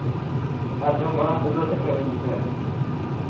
ᱟᱨ ᱡᱚᱢ ᱵᱟᱲᱟ ᱠᱟᱛᱮᱫ ᱫᱚ ᱪᱮᱫ ᱞᱮᱠᱟ ᱵᱤᱱ ᱵᱩᱡᱷᱟᱹᱣᱮᱫᱼᱟ